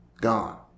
gone